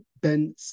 Ben